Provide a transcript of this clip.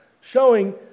showing